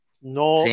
no